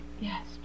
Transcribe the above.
Yes